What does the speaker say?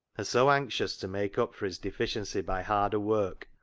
and so anxious to make up for his deficiency by harder work,